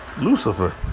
Lucifer